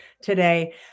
today